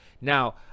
now